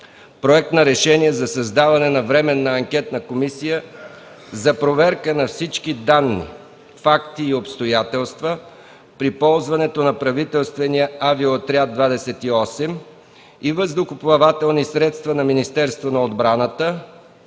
Проект за решение за създаване на Временна анкетна комисия за проверка на всички данни, факти и обстоятелства при ползването на правителствения „Авиоотряд 28” и въздухоплавателни средства на Министерството на отбраната